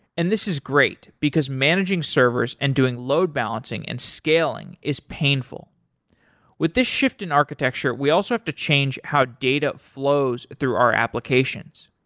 and this is great, because managing servers and doing load balancing and scaling is painful with this shift in architecture, we also have to change how data flows through our applications.